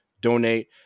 donate